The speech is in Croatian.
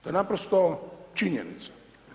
To je naprosto činjenica.